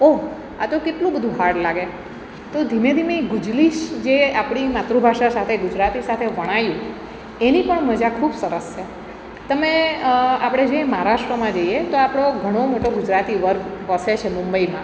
ઓહ આ તો કેટલું બધું હાર્ડ લાગે તો ધીમે ધીમે ગુજલીસ જે આપણી માતૃભાષા સાથે ગુજરાતી સાથે વણાયું એની પણ મજા ખૂબ સરસ સે તમે આપણે જે મહારાષ્ટ્રમાં જઈએ તો આપણો ઘણો મોટો ગુજરાતી વર્ગ વસે છે મુંબઈમાં